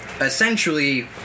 essentially